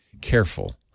careful